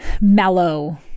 mellow